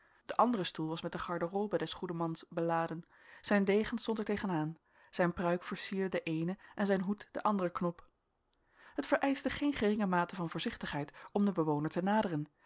de andere stoel was met de garderobe des goeden mans beladen zijn degen stond er tegen aan zijn pruik versierde den eenen en zijn hoed den anderen knop het vereischte geen geringe mate van voorzichtigheid om den bewoner te naderen